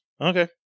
Okay